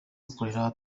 dukorera